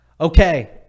Okay